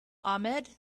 ahmed